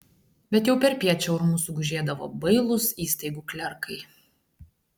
bet jau perpiet čia urmu sugužėdavo bailūs įstaigų klerkai